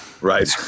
right